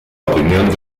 opinión